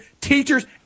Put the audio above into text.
teachers